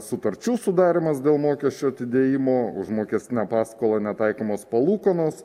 sutarčių sudarymas dėl mokesčių atidėjimo užmokestinę paskolą netaikymas palūkanos